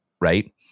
right